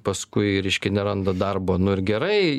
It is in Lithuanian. paskui reiškia neranda darbo nu ir gerai